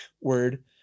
word